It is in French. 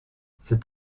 c’est